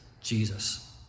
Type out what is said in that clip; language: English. Jesus